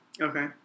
Okay